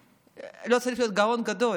ולא צריך להיות גאון גדול,